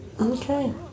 Okay